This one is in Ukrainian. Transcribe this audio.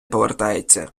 повертається